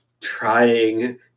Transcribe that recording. trying